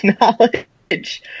knowledge